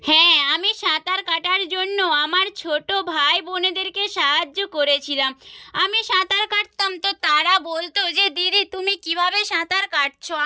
হ্যাঁ আমি সাঁতার কাটার জন্য আমার ছোট ভাই বোনেদেরকে সাহায্য করেছিলাম আমি সাঁতার কাটতাম তো তারা বলতো যে দিদি তুমি কীভাবে সাঁতার কাটছো